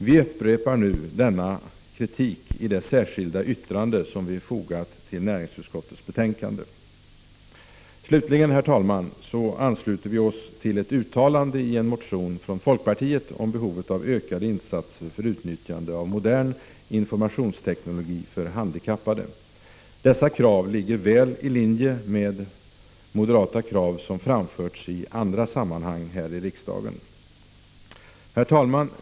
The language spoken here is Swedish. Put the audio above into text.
Vi upprepar denna kritik i det särskilda yttrande som fogats till betänkandet. Slutligen ansluter vi oss till ett uttalande i en motion från folkpartiet om behovet av ökade insatser för utnyttjande av modern informationsteknologi för handikappade. Dessa krav ligger mycket väl i linje med moderata krav som framförts i andra sammanhang här i riksdagen. Herr talman!